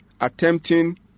attempting